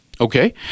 Okay